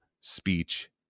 Speech